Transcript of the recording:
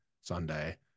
Sunday